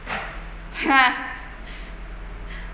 ha